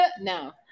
No